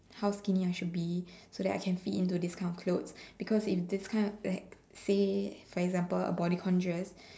how skinny I should be so that I can fit into these kind of clothes because if this kind of like say for example a bodycon dress